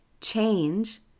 Change